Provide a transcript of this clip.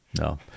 No